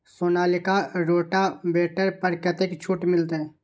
Sonalika rotavator पर कतेक छूट मिलते?